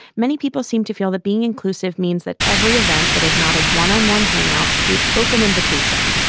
many people seem to feel that being inclusive means that every event that is not a one on one hang out should be open invitation,